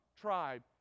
tribe